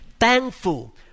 Thankful